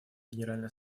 генеральной